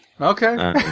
Okay